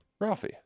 Ralphie